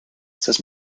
says